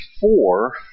four